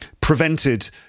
prevented